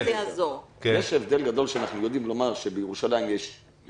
יש הבדל גדול כשאנחנו יודעים לומר שבירושלים או